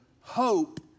hope